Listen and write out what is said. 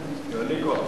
אדוני.